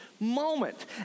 moment